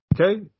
okay